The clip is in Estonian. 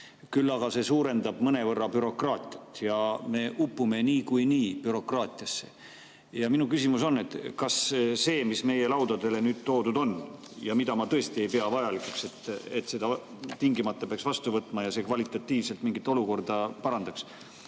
Küll aga see suurendab mõnevõrra bürokraatiat. Me upume niikuinii bürokraatiasse. Minu küsimus on: kas see, mis meie laudadele nüüd toodud on – ja mida ma tõesti ei pea vajalikuks tingimata vastu võtta, kuna see kvalitatiivselt mingit olukorda parandaks